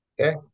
Okay